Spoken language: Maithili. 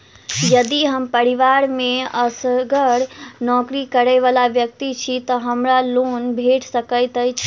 यदि हम परिवार मे असगर नौकरी करै वला व्यक्ति छी तऽ हमरा लोन भेट सकैत अछि?